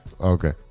Okay